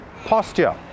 Posture